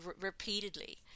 repeatedly